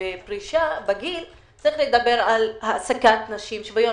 לפרישה, בגיל, צריך לדבר על העסקת נשים שוויון